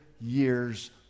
years